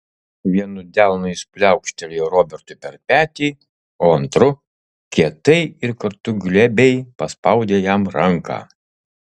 vienu delnu jis pliaukštelėjo robertui per petį o antru kietai ir kartu glebiai paspaudė jam ranką